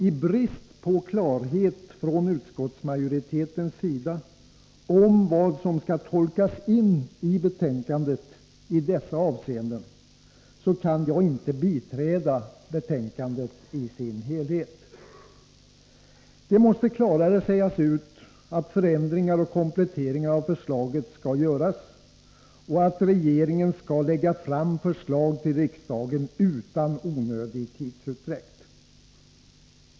I brist på klarhet från utskottsmajoritetens sida om vad som skall tolkas in i'betänkandet i dessa avseenden kan jag inte biträda betänkandet i dess helhet. Det måste klarare sägas ut att förändringar och kompletteringar av förslaget skall göras och att regeringen skall lägga fram förslag för riksdagen utan onödig tidsutdräkt.